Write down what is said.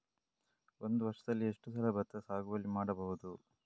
ಒಂದು ವರ್ಷದಲ್ಲಿ ಎಷ್ಟು ಸಲ ಭತ್ತದ ಸಾಗುವಳಿ ಮಾಡಬಹುದು?